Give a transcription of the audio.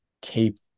keep